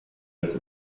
das